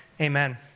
Amen